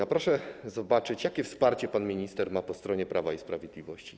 A proszę zobaczyć, jakie wsparcie pan minister ma po stronie Prawa i Sprawiedliwości.